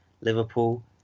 Liverpool